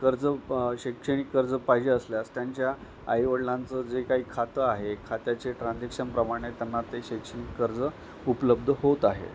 कर्ज ब् शैक्षणिक कर्ज पाहिजे असल्यास त्यांच्या आई वडिलांचं जे काही खातं आहे खात्याचे ट्रान्जेक्शनप्रमाणे त्यांना ते शैक्षणिक कर्ज उपलब्ध होत आहे